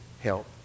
help